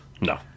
No